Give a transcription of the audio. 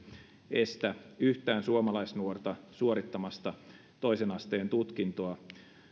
estä yhtäkään suomalaisnuorta suorittamasta toisen asteen tutkintoa